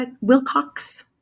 Wilcox